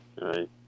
Right